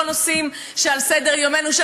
לא נושאים שעל סדר-יומנו,